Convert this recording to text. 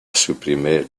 supprimer